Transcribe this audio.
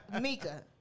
Mika